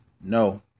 No